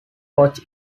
coach